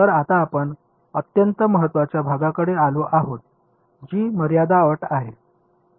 तर आता आपण अत्यंत महत्वाच्या भागाकडे आलो आहोत जी मर्यादा अट आहे